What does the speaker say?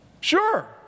Sure